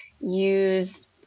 use